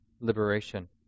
liberation